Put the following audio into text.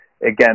again